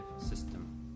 system